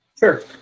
Sure